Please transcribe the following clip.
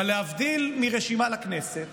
אבל להבדיל מרשימה לכנסת